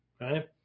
right